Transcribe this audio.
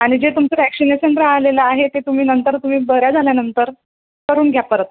आणि जे तुमचं व्हॅक्सिनेशन राहिलेलं आहे ते तुम्ही नंतर तुम्ही बऱ्या झाल्यानंतर करून घ्या परत